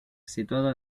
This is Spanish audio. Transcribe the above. situado